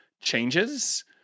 changes